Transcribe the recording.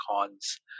cons